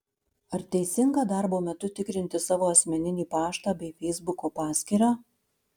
ar teisinga darbo metu tikrinti savo asmeninį paštą bei feisbuko paskyrą